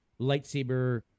lightsaber